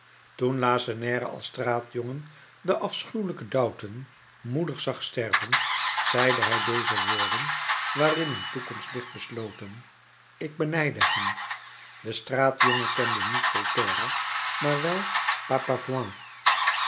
toen lacenaire als straatjongen den afschuwelijken dautun moedig zag sterven zeide hij deze woorden waarin een toekomst ligt besloten ik benijdde hem de straatjongen kent niet voltaire maar wel